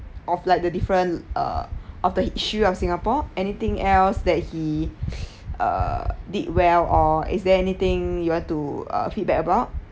of like the different uh of the issue of singapore anything else that he uh did well or is there anything you want to uh feedback about